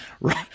right